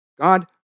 God